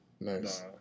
Nice